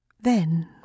Then